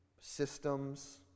systems